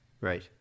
Right